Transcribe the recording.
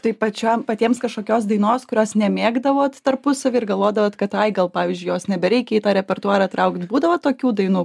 tai pačiam patiems kažkokios dainos kurios nemėgdavot tarpusavy ir galvodavot kad ai gal pavyzdžiui jos nebereikia į tą repertuarą traukt būdavo tokių dainų